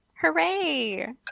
Hooray